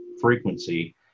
frequency